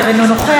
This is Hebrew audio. אינו נוכח,